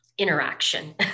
interaction